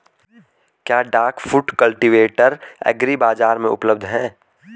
क्या duck foot cultivator agri बाज़ार में उपलब्ध है?